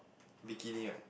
bikini right